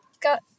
got